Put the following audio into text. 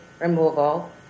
removal